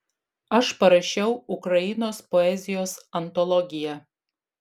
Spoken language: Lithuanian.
aš parašiau ukrainos poezijos antologiją